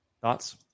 Thoughts